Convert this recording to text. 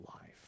life